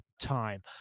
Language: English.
time